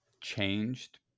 changed